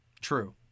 True